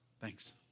Thanks